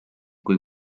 kui